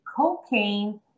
cocaine